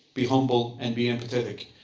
be humble, and be empathetic.